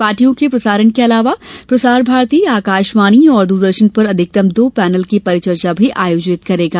पार्टियों के प्रसारण के अलावा प्रसार भारती आकाशवाणी और द्रदर्शन पर अधिकतम दो पैनल की परिचर्चा भी आयोजित करेगा